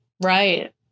right